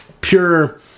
pure